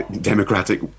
democratic